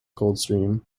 coldstream